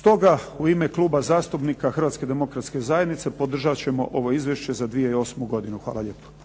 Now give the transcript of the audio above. Stoga u ime Kluba zastupnika Hrvatske demokratske zajednice podržat ćemo ovo izvješće za 2008. godinu. Hvala lijepo.